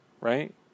right